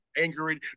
angry